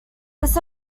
this